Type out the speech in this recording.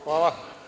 Hvala.